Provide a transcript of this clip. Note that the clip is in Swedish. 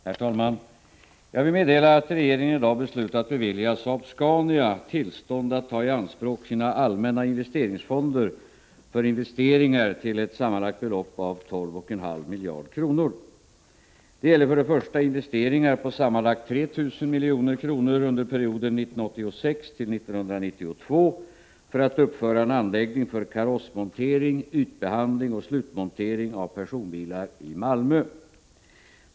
Herr talman! Jag vill meddela att regeringen i dag beslutat bevilja Saab-Scania tillstånd att ta i anspråk sina allmänna investeringsfonder för investeringar till ett sammanlagt belopp av 12,5 miljarder kronor. Det gäller investeringar på sammanlagt 3 000 milj.kr. under perioden 1986-1992 för att uppföra en anläggning för karossmontering, ytbehandling och slutmontering av personbilar i Malmö.